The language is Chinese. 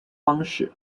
方式